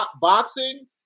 Boxing